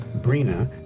Brina